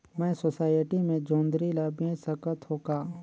मैं सोसायटी मे जोंदरी ला बेच सकत हो का?